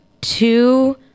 two